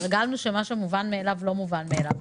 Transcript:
התרגלנו לכך שמה שמובן מאליו, לא מובן מאליו.